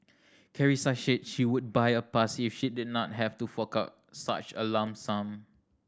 Carissa said she would buy a pass if she did not have to fork out such a lump sum